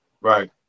Right